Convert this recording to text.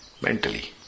mentally